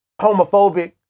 homophobic